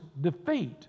defeat